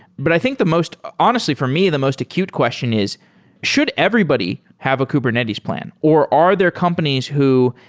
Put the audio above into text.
but i think the most honestly, for me, the most acute question is should everybody have a kubernetes plan, or are there companies who,